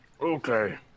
Okay